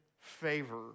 favor